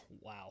Wow